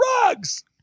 drugs